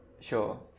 Sure